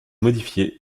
modifiée